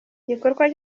igikorwa